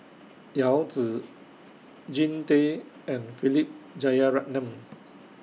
Yao Zi Jean Tay and Philip Jeyaretnam